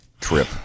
trip